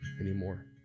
anymore